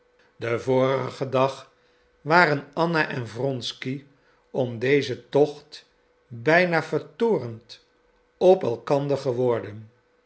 den vorigen dag waren anna en wronsky om dezen tocht bijna vertoornd op elkander geworden